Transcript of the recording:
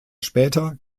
später